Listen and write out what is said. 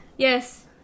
Yes